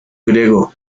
griego